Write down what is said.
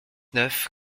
neuf